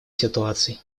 ситуаций